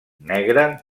negre